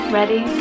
Ready